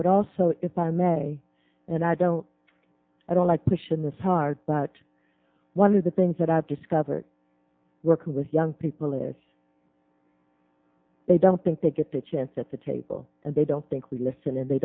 would also if i may and i don't i don't like pushing this hard but one of the things that i've discovered working with young people is they don't think they get the chance at the table and they don't think we listen and they